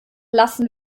lassen